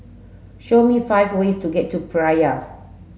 show me five ways to get to Praia